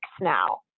now